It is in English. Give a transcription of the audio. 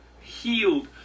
healed